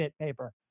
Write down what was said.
paper